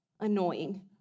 annoying